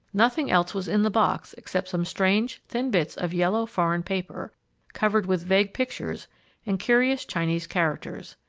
nothing else was in the box except some strange, thin bits of yellow, foreign paper covered with vague pictures and curious chinese characters.